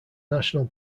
national